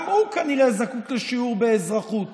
גם הוא כנראה זקוק לשיעור באזרחות